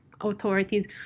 authorities